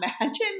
imagine